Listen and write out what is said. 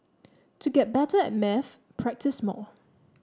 to get better at maths practise more